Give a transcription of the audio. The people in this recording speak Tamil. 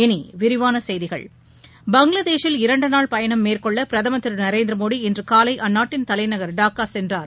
இனி விரிவான செய்திகள் பங்களாதேஷில் இரண்டு நாள் பயணம் மேற்கொள்ள பிரதமர் திரு நரேந்திரமோடி இன்று காலை அந்நாட்டின் தலைநகர் டாக்கா சென்றார்